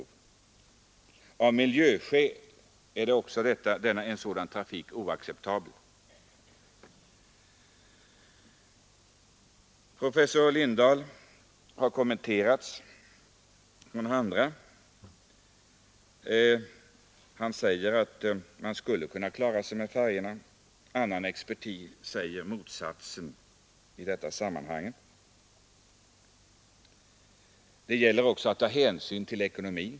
Även av miljöskäl är en sådan trafik oacceptabel. Professor Lindahls uttalanden har kommenterats av andra. Han säger att man skulle kunna klara sig med färjorna. Annan expertis säger motsatsen. Det gäller också att ta hänsyn till ekonomin.